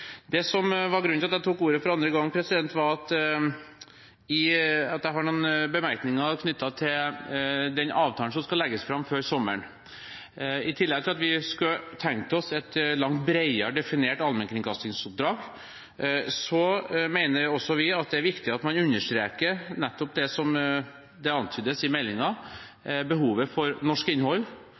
noen bemerkninger knyttet til den avtalen som skal legges fram før sommeren. I tillegg til at vi kunne tenkt oss et langt bredere definert allmennkringkastingsoppdrag, mener også vi at det er viktig at man understreker nettopp det som antydes i meldingen: behovet for norsk innhold